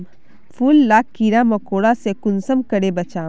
फूल लाक कीड़ा मकोड़ा से कुंसम करे बचाम?